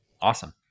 Awesome